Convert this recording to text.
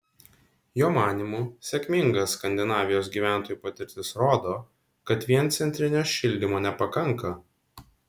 jo manymu sėkminga skandinavijos gyventojų patirtis rodo kad vien centrinio šildymo nepakanka